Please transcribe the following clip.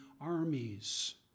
armies